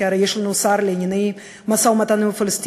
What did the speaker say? כי הרי יש לנו שר לענייני משא-ומתן עם הפלסטינים,